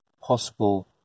possible